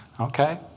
Okay